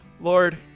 Lord